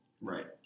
right